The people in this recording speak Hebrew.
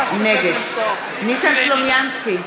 נגד ניסן סלומינסקי,